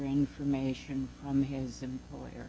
information on his employer